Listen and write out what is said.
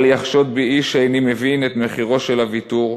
אל יחשוד בי איש שאיני מבין את מחירו של הוויתור.